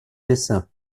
dessin